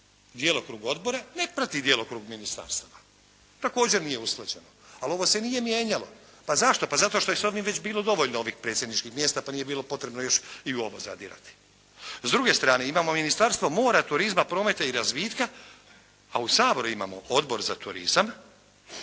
djelokrug odbora ne prati djelokrug ministarstava, također nije usklađeno, ali ovo se nije mijenjalo. A zašto? Pa zato što je s ovim već bilo dovoljno ovih predsjedničkih mjesta pa nije bilo potrebno još i u ovo zadirati. S druge strane imamo Ministarstvo mora, turizma, prometa i razvitka a u Saboru imamo Odbor za turizam,